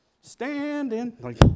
Standing